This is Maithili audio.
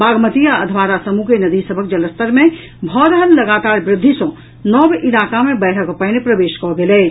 बागमती आ अधवारा समूह के नदी सभक जलस्तर मे भऽ रहल लगातार वृद्धि सँ नव इलाका सभ मे बाढ़िक पानि प्रवेश कऽ गेल अछि